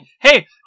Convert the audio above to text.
hey